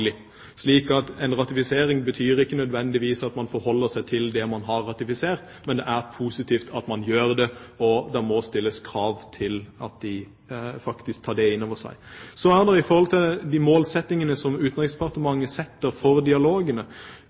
slik at en ratifisering betyr ikke nødvendigvis at man forholder seg til det man har ratifisert. Men det er positivt at man gjør det, og det må stilles krav til at man faktisk tar det inn over seg. Så er det, med tanke på de målsettingene Utenriksdepartementet setter for dialogene,